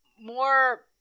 More